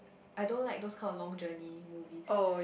I don't like those kind of long journey movies